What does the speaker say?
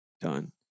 done